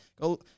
Go